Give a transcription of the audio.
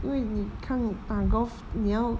因为你看打 golf 你要